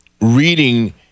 reading